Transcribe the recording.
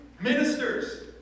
Ministers